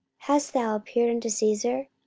hast thou appealed unto caesar?